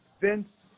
vince